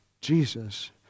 Jesus